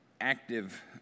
active